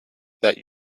that